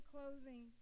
closing